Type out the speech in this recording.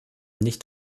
nicht